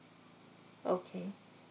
okay